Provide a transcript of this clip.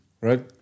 right